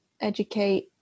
educate